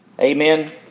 Amen